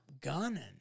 gunning